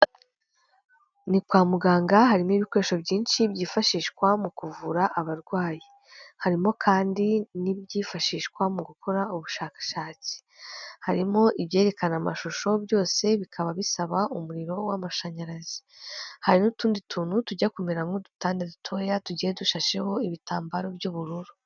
Ni kwa muganga, harimo ibikoresho byinshi byifashishwa mu kuvura abarwayi. Harimo kandi n'ibyifashishwa mu gukora ubushakashatsi. Harimo ibyerekana amashusho, byose bikaba bisaba umuriro w'amashanyarazi. Hari n'utundi tuntu tujya kumera nk'udutanda dutoya, tugiye dushasheho ibitambaro by'ubururu.